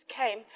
came